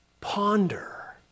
ponder